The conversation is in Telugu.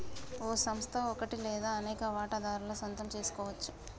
ఓ సంస్థ ఒకటి లేదా అనేక వాటాదారుల సొంతం సెసుకోవచ్చు